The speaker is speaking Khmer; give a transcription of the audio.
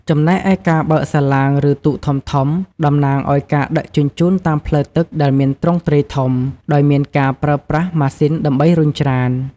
ចំណែកឯការបើកសាឡាង ឬទូកធំៗ តំណាងឲ្យការដឹកជញ្ជូនតាមផ្លូវទឹកដែលមានទ្រង់ទ្រាយធំ ដោយមានការប្រើប្រាស់ម៉ាស៊ីនដើម្បីរុញច្រាន។